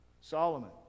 Solomon